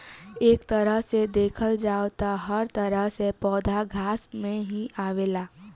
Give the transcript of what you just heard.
एक तरह से देखल जाव त हर तरह के पौधा घास में ही आवेला